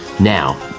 Now